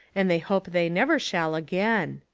and they hope they never shall again,